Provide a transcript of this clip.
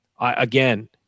again